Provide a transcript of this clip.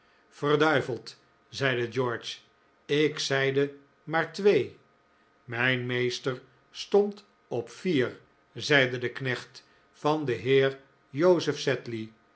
verduiveld zeide george ik zeide maar twee mijn meester stond op vier zeide de knecht van den heer joseph